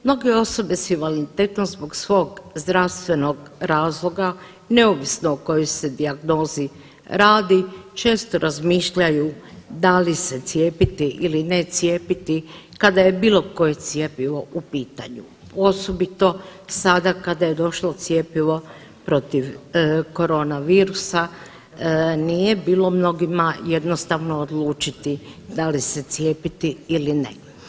Mnoge osobe s invaliditetom zbog svog zdravstvenog razloga, neovisno o kojoj se dijagnozi radi često razmišljaju da li se cijepiti ili ne cijepiti kada je bilo koje cjepivo u pitanju, osobito sada kada je došlo cjepivo protiv koronavirusa nije bilo mnogima jednostavno odlučiti da li se cijepiti ili ne.